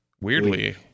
weirdly